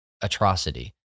atrocity